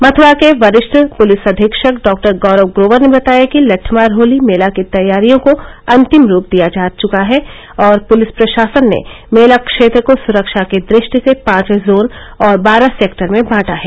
मथुरा के वरिष्ठ पूलिस अधीक्षक डॉक्टर गौरव ग्रोवर ने बताया कि लट्टमार होली मेला की तैयारियों को अंतिम रूप दिया जा चुका है और पुलिस प्रशासन ने मेला क्षेत्र को सुरक्षा की दृष्टि से पांच जोन और बारह सेक्टर में बांटा है